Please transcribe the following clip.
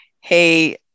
hey